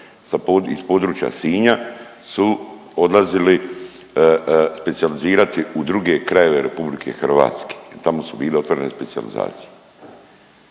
iz područja Sinja su odlazili specijalizirati u druge krajeve RH. Tamo su bile otvorene specijalizacije.